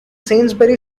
sainsbury